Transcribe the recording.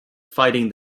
fighting